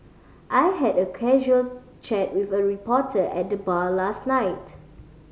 I had a casual chat with a reporter at the bar last night